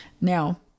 Now